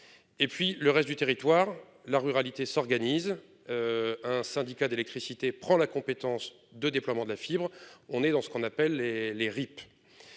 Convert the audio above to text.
Et puis le reste du territoire, la ruralité s'organise. Un syndicat d'électricité prend la compétence de déploiement de la fibre. On est dans ce qu'on appelle les les